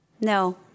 No